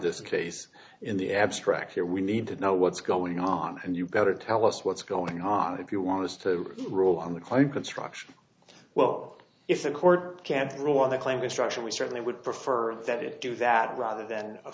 this case in the abstract here we need to know what's going on and you've got to tell us what's going on if you want us to rule on the claim construction well if the court can't rule on the claim instruction we certainly would prefer that it do that rather than